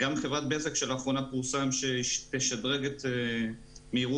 גם חברת בזק שלאחרונה פורסם שהיא תשדרג את מהירות